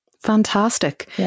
Fantastic